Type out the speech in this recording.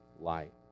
light